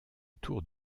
tour